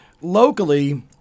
locally